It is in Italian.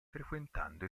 frequentando